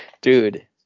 Dude